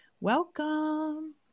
Welcome